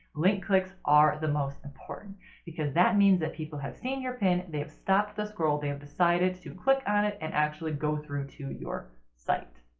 link clicks are the most important because that means that people have seen your pin, they have stopped the scroll, they have decided to click on it, and actually go through to your site.